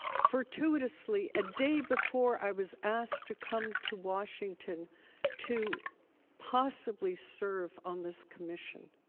fortuitously, a day before i was asked to come to washington to possibly serve on this commission,